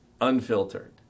unfiltered